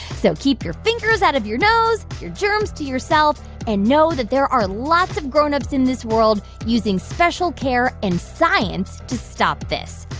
so keep your fingers out of your nose, your germs to yourself and know that there are lots of grown-ups in this world using special care and science to stop this.